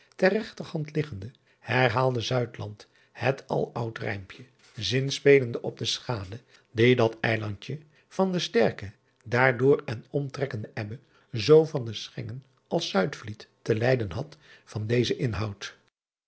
ter regterhand liggende herhaalde het aloud rijmpje zinspelende op de schade die dat eilandje van de sterke daardoor en om trekkende ebbe zoo van de chengen als uidvliet te lijden had van dezen inhoud